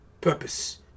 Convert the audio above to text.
purpose